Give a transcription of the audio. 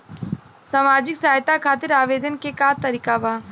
सामाजिक सहायता खातिर आवेदन के का तरीका बा?